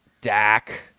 Dak